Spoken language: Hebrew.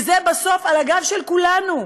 וזה בסוף על הגב של כולנו,